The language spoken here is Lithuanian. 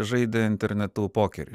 žaidė internetu pokerį